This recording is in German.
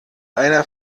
einer